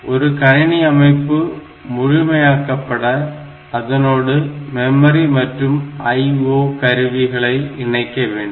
ஒரு கணினி அமைப்பு முழுமையாக்கப்பட அதனோடு மெமரி மற்றும் IO கருவிகளை இணைக்க வேண்டும்